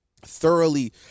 Thoroughly